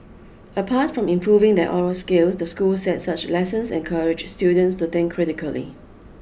apart from improving their oral skills the school said such lessons encourage students to think critically